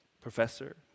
professor